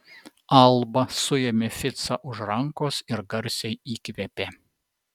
alba suėmė ficą už rankos ir garsiai įkvėpė